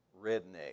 redneck